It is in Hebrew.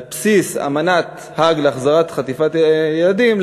על בסיס אמנת האג להחזרת ילדים חטופים,